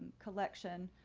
collection,